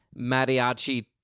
mariachi